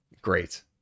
Great